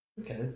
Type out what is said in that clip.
Okay